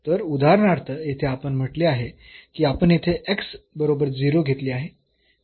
तर उदाहरणार्थ येथे आपण म्हटले आहे की आपण येथे x बरोबर 0 घेतले आहे